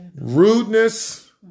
rudeness